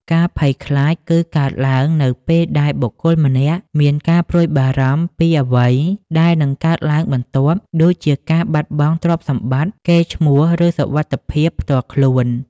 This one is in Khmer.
ការភ័យខ្លាចគឺកើតឡើងនៅពេលដែលបុគ្គលម្នាក់មានការព្រួយបារម្ភពីអ្វីដែលនឹងកើតឡើងបន្ទាប់ ដូចជាការបាត់បង់ទ្រព្យសម្បត្តិ កេរ្តិ៍ឈ្មោះ ឬសុវត្ថិភាពផ្ទាល់ខ្លួន។